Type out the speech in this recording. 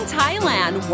Thailand